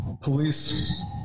Police